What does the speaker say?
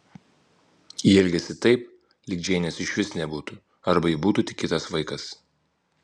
ji elgėsi taip lyg džeinės išvis nebūtų arba ji būtų tik kitas vaikas